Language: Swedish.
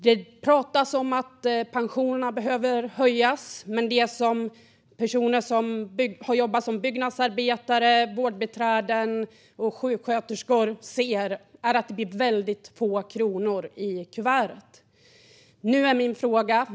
Det pratas om att pensionerna behöver höjas, men det som personer som har jobbat som byggnadsarbetare, vårdbiträden och sjuksköterskor ser är att det blir väldigt få kronor i kuvertet.